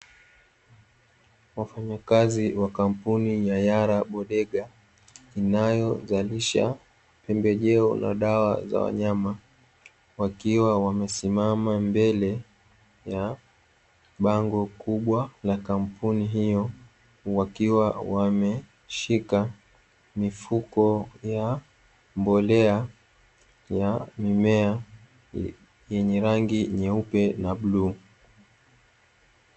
Wafanyakazi wa kampuni ya "Yara Bodega" inayozalisha pembejeo na dawa za wanyama wakiwa wamesimama mbele ya bango kubwa la kampuni hiyo, wakiwa wameshika mifuko ya mbolea ya mimea yenye rangi nyeupe na bluu.